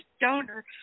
donor